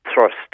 Thrust